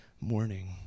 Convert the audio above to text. morning